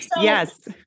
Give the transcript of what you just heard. Yes